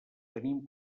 tenim